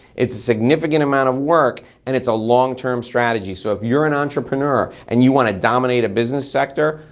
it's a significant amount of work and it's a longterm strategy. so if you're an entrepreneur and you wanna dominate a business sector,